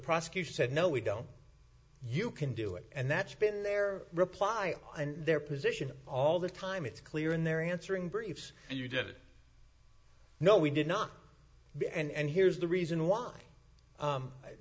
prosecutor said no we don't you can do it and that's been their reply and their position all the time it's clear in their answering briefs you did no we did not b and here's the reason why